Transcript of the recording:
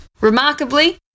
Remarkably